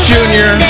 Junior